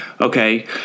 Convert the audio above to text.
Okay